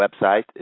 website